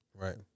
Right